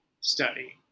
study